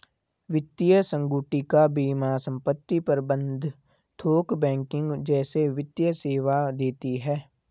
वित्तीय संगुटिका बीमा संपत्ति प्रबंध थोक बैंकिंग जैसे वित्तीय सेवा देती हैं